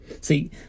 see